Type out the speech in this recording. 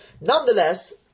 Nonetheless